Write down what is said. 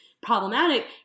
problematic